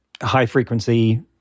high-frequency